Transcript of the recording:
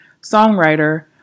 songwriter